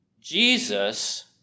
Jesus